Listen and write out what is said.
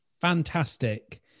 fantastic